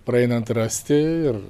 praeinant rasti ir